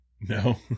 No